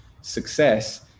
success